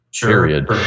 period